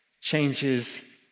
changes